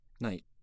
Night